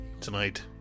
tonight